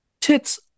tits